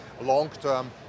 long-term